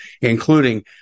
including